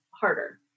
harder